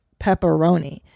pepperoni